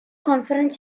conference